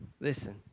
Listen